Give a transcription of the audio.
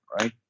right